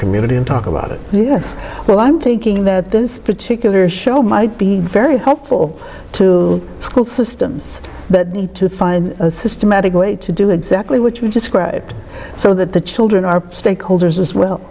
community and talk about it yes well i'm thinking that this particular show might be very helpful to school systems but to find a systematic way to do exactly what you described so that the children are stakeholders as well